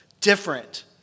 different